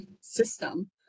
system